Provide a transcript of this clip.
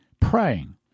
praying